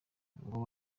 ngo